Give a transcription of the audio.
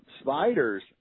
spiders